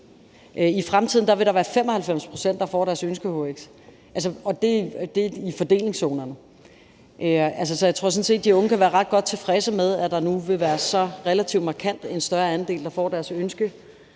I fremtiden vil der være 95 pct., der får deres ønske-hhx, og det er i fordelingszonerne. Så jeg tror sådan set, at de unge kan være ret godt tilfredse med, at der nu vil være så relativt markant en større andel, der får deres